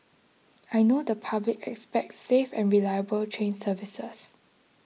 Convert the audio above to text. I know the public expects safe and reliable train services